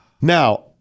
Now